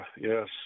yes